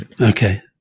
Okay